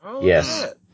Yes